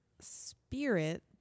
spirit